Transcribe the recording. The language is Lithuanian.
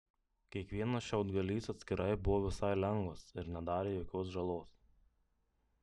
kiekvienas šiaudgalys atskirai buvo visai lengvas ir nedarė jokios žalos